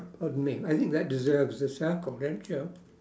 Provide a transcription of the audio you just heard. pardon me I think that deserves a circle don't you